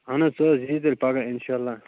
اَہَن حظ ژٕ حظ ییٖزِ پَگاہ اِنشاء اللہ